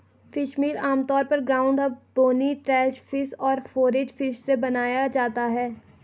fishmeal आमतौर पर ground up, bony trash fish और फोरेज फिश से बनाया जाता है